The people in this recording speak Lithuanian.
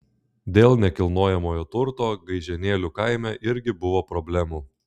dėl nekilnojamojo turto gaižėnėlių kaime irgi buvo problemų